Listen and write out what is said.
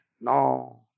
No